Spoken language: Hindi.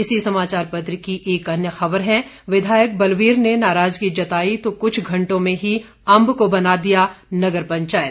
इसी समाचार पत्र की एक अन्य खबर है विधायक बलबीर ने नाराजगी जताई तो कुछ घंटों में ही अंब को बना दिया नगर पंचायत